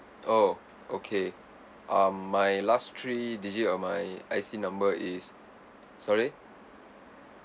oh okay um my last three digit of my I_C number is sorry